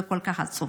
זה כל כך עצוב.